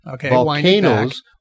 volcanoes